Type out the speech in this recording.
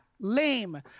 Lame